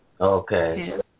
okay